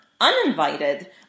uninvited